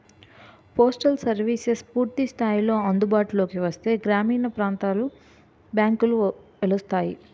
postal services పూర్తి స్థాయిలో అందుబాటులోకి వస్తే గ్రామీణ ప్రాంతాలలో బ్యాంకులు వెలుస్తాయి